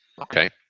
okay